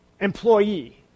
employee